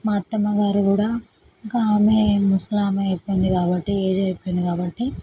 మా అత్తమ్మగారు కూడా ఇంకా ఆమె ముసలామె అయిపోయింది కాబట్టి ఏజ్ అయిపోయింది కాబట్టి